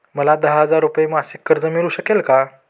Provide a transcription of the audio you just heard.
मला दहा हजार रुपये मासिक कर्ज मिळू शकेल का?